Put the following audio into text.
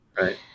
Right